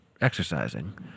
exercising